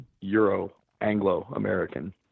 Euro-Anglo-American